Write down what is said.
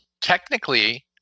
Technically